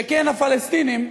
שכן הפלסטינים,